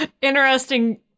Interesting